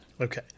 Okay